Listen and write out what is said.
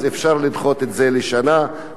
אפשר לדחות את זה בשנה.